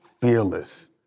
fearless